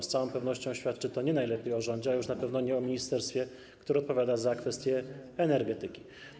Z całą pewnością świadczy to nie najlepiej o rządzie, a już na pewno o ministerstwie, które odpowiada za kwestie energetyki.